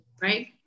right